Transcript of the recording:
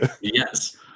yes